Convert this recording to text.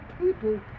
people